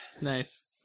Nice